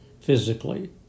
physically